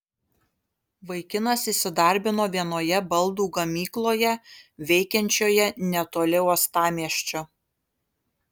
vaikinas įsidarbino vienoje baldų gamykloje veikiančioje netoli uostamiesčio